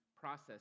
process